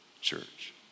church